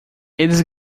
eles